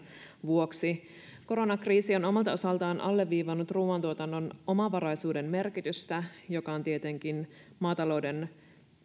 vuoksi koronakriisi on omalta osaltaan alleviivannut ruuantuotannon omavaraisuuden merkitystä joka on tietenkin